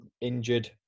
injured